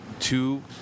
two